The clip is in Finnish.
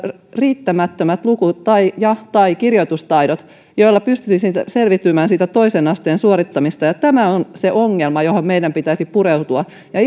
riittämättömät luku ja tai kirjoitustaidot joilla pystyisi selviytymään toisen asteen suorittamisesta tämä on se ongelma johon meidän pitäisi pureutua ja